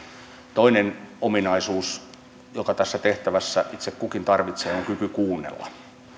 toinen ominaisuus jonka tässä tehtävässä itse kukin tarvitsee on kyky kuunnella